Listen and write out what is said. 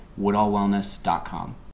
woodallwellness.com